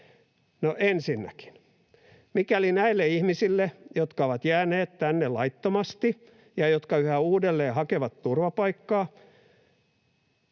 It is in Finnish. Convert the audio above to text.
ensinnäkin, mikäli näille ihmisille, jotka ovat jääneet tänne laittomasti ja jotka yhä uudelleen hakevat turvapaikkaa,